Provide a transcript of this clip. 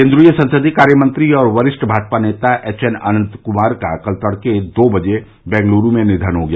केन्द्रीय संसदीय कार्यमंत्री और वरिष्ठ भाजपा नेता एचएन अनंत कुमार का कल तड़के दो बजे बंगलुरू में निघन हो गया